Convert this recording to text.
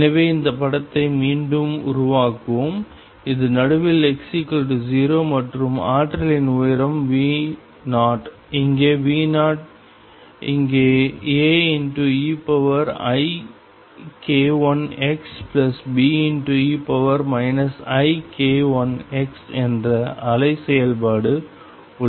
எனவே இந்த படத்தை மீண்டும் உருவாக்குவோம் இது நடுவில் x0 மற்றும் ஆற்றலின் உயரம் V0 இங்கே V0 இங்கே Aeik1xBe ik1x என்ற அலை செயல்பாடு உள்ளது